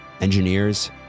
engineers